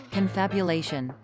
Confabulation